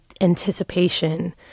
anticipation